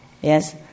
yes